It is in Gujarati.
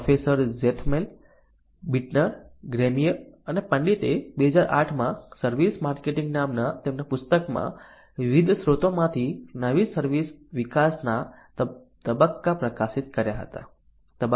પ્રોફેસર ઝેથમલ બિટનર ગ્રેમીયર અને પંડિતે 2008 માં સર્વિસ માર્કેટિંગ નામના તેમના પુસ્તકમાં વિવિધ સ્રોતોમાંથી નવી સર્વિસ વિકાસના તબક્કા પ્રકાશિત કર્યા હતા